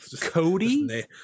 Cody